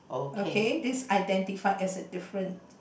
okay this identified as a different